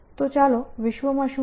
તો ચાલો વિશ્વમાં શું થઈ રહ્યું છે